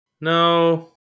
No